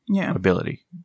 ability